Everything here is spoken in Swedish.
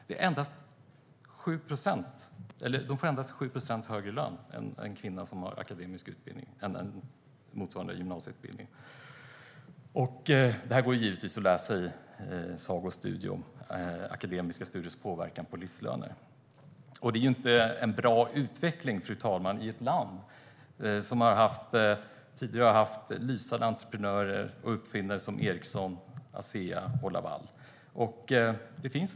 En kvinna med akademisk utbildning får endast 7 procent högre lön än den med gymnasieutbildning. Detta går att läsa om i Sacos studie om akademiska studiers påverkan på livslöner. Fru talman! Det är ingen bra utveckling i ett land som tidigare har haft lysande entreprenörer och uppfinnare som Ericsson, Asea och Laval.